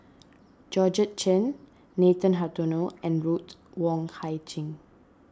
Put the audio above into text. Georgette Chen Nathan Hartono and Ruth Wong Hie